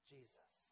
Jesus